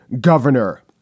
governor